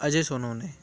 Ajay Sonawane